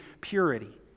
purity